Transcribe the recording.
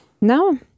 No